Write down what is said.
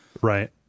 right